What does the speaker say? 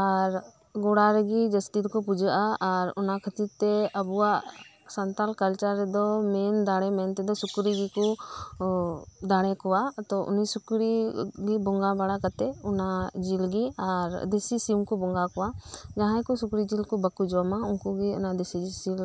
ᱟᱨ ᱜᱚᱲᱟᱨᱮᱜᱮ ᱡᱟᱹᱥᱛᱤ ᱫᱚᱠᱚ ᱯᱩᱡᱟᱹᱜᱼᱟ ᱟᱨ ᱚᱱᱟᱠᱷᱟᱹᱛᱤᱨ ᱛᱮ ᱟᱵᱚᱣᱟᱜ ᱥᱟᱱᱛᱟᱞ ᱠᱟᱞᱪᱟᱨ ᱨᱮᱫᱚ ᱢᱮᱱ ᱫᱟᱬᱮ ᱢᱮᱱᱛᱮᱫᱚ ᱥᱩᱠᱨᱤᱜᱮᱠᱚ ᱫᱟᱬᱮ ᱠᱚᱣᱟ ᱛᱚ ᱩᱱᱤ ᱥᱩᱠᱨᱤᱜᱮ ᱵᱚᱸᱜᱟ ᱵᱟᱲᱟ ᱠᱟᱛᱮᱜ ᱚᱱᱟᱡᱤᱞᱜᱮ ᱟᱨ ᱫᱮᱥᱤ ᱥᱤᱢᱠᱚ ᱵᱚᱸᱜᱟ ᱟᱠᱚᱣᱟ ᱡᱟᱦᱟᱸᱭᱠᱚ ᱥᱩᱠᱨᱤ ᱡᱮᱹᱞᱠᱚ ᱵᱟᱠᱚ ᱡᱚᱢᱟ ᱩᱱᱠᱩᱜᱮ ᱚᱱᱟ ᱫᱮᱥᱤ ᱥᱤᱢ